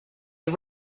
you